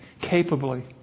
capably